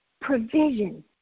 provision